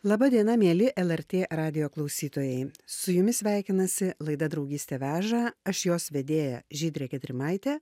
laba diena mieli lrt radijo klausytojai su jumis sveikinasi laida draugystė veža aš jos vedėja žydrė gedrimaitė